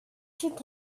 should